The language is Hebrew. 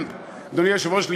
אדוני היושב-ראש,